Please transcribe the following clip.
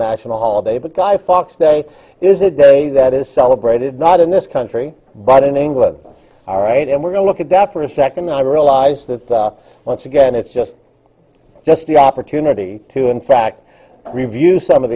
national holiday but guy fawkes day is a day that is celebrated not in this country but in england all right and we're going to look at that for a second i realize that once again it's just just the opportunity to in fact review some of